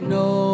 no